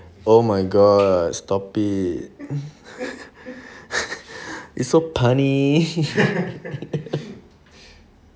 oh my god stop it it's so funny